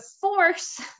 force